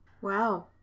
wow